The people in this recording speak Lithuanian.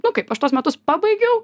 nu kaip aš tuos metus pabaigiau